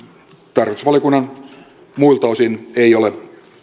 tarkastusvaliokunnalla muilta osin ei ole